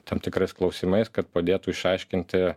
tam tikrais klausimais kad padėtų išaiškinti